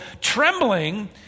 trembling